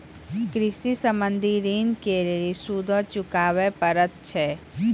कृषि संबंधी ॠण के लेल सूदो चुकावे पड़त छै?